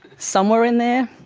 somewhere in there,